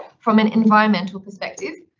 from an environmental perspective,